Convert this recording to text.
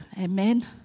Amen